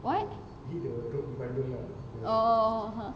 what oh